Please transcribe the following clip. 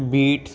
beats